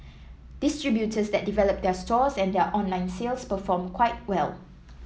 distributors that develop their stores and their online sales perform quite well